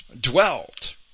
dwelt